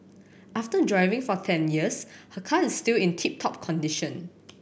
after driving for ten years her car is still in tip top condition